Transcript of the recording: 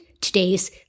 today's